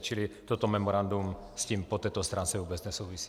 Čili toto memorandum s tím po této stránce vůbec nesouvisí.